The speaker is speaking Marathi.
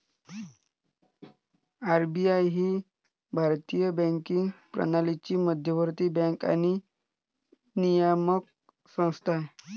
आर.बी.आय ही भारतीय बँकिंग प्रणालीची मध्यवर्ती बँक आणि नियामक संस्था आहे